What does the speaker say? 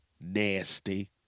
Nasty